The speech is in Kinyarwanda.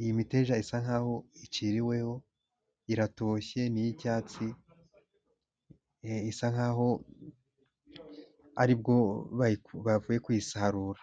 iyi miteja isa nk'aho iciriweho, iratoshye, ni iy'icyatsi, isa nk'aho aribwo bavuye kuyisarura.